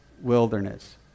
wilderness